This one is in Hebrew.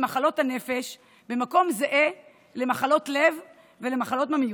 מחלות הנפש במקום זהה למחלות לב ולמחלות ממאירות.